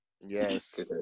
yes